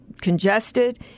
congested